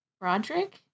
Broderick